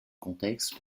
contexte